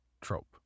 trope